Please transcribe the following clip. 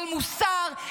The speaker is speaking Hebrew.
על מוסר,